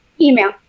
Email